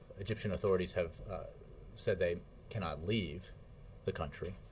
egyptian authorities have said they cannot leave the country.